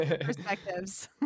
perspectives